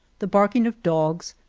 the barking of dogs,